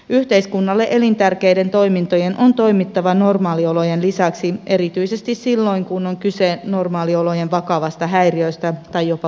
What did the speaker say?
yhteiskunnalle elintärkeiden toimintojen on toimittava normaaliolojen lisäksi erityisesti silloin kun on kyse normaaliolojen vakavista häiriöistä tai jopa poikkeusoloista